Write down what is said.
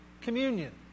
communion